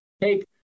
take